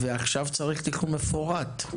עכשיו צריך תכנון מפורט,